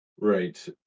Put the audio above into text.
Right